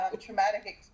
traumatic